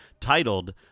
titled